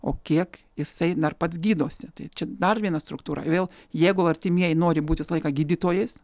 o kiek jisai dar pats gydosi tai čia dar viena struktūra vėl jeigu artimieji nori būt visą laiką gydytojais